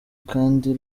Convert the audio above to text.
kandi